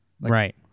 Right